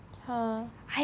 !huh!